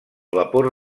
vapor